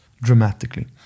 dramatically